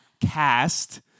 cast